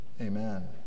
amen